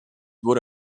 wurde